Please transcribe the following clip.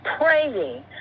praying